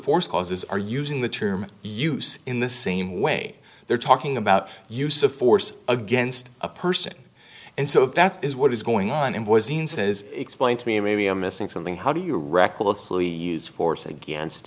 force causes are using the term use in the same way they're talking about use of force against a person and so if that's is what is going on in boise and says explain to me maybe i'm missing something how do you recklessly use force against